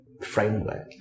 framework